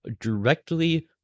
directly